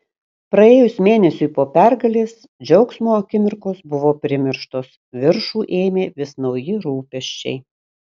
praėjus mėnesiui po pergalės džiaugsmo akimirkos buvo primirštos viršų ėmė vis nauji rūpesčiai